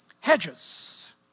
hedges